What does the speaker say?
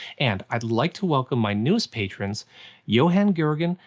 and, i'd like to welcome my newest patrons johann goergen,